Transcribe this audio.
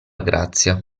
grazia